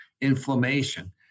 inflammation